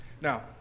Now